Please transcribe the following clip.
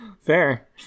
Fair